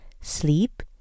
sleep